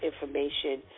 information